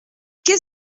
qu’est